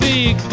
Big